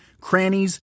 crannies